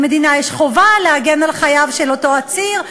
למדינה יש חובה להגן על חייו של אותו עציר,